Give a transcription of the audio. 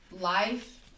Life